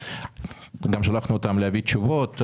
גם שלחנו אותם להביא תשובות,